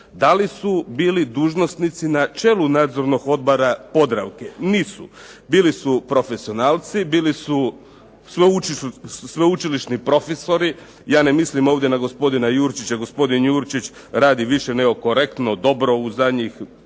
Da li su bili dužnosnici na čelu Nadzornog odbora Podravke? Nisu. Bili su profesionalci, bili su sveučilišni profesori. Ja ne mislim ovdje na gospodina Jurčića. Gospodin Jurčić radi više nego korektno, dobro u zadnjih ne